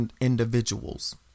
individuals